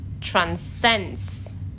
transcends